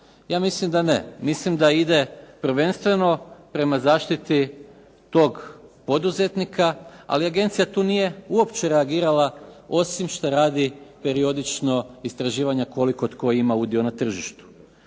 Ja mislim da ne. Mislim da ide prvenstveno prema zaštiti tog poduzetnika, ali agencija tu nije uopće reagirala osim šta radi periodično istraživanja koliko tko ima udio na tržištu.